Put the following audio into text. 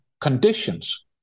conditions